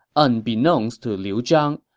unbeknownst to liu zhang,